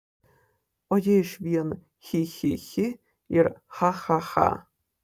o ji iš vien chi chi chi ir cha cha cha